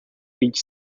each